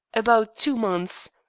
about two months.